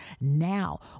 now